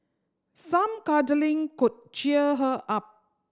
some cuddling could cheer her up